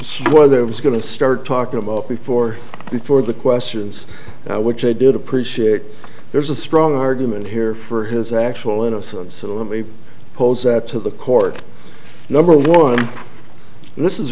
there was going to start talking about before before the questions which i did appreciate there's a strong argument here for his actual innocence so let me pose that to the court number one this is